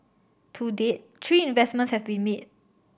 to date three investments have been made